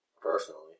Personally